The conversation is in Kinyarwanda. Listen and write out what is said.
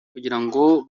kugirango